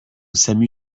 samu